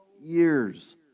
years